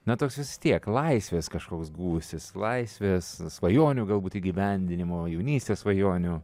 na toks vis tiek laisvės kažkoks gūsis laisvės svajonių galbūt įgyvendinimo jaunystės svajonių